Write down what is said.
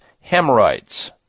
hemorrhoids